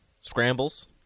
scrambles